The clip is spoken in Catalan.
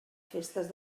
festes